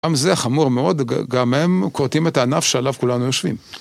גם זה חמור מאוד, גם הם כורתים את הענף שעליו כולנו יושבים.